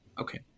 Okay